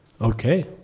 Okay